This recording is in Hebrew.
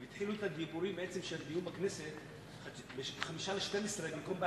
התחילו את הדיון בכנסת ב-11:55 במקום ב-11:00,